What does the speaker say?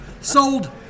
Sold